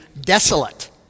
desolate